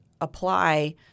apply